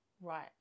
right